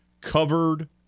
covered